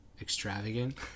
extravagant